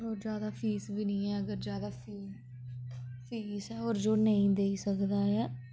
होर ज्यादा फीस बी नी ऐ अगर ज्यादा फीस फीस ऐ होर जो नेईं देई सकदा ऐ